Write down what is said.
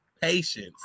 Patience